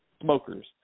smokers